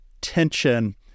tension